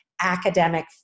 academic